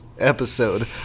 Episode